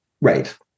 right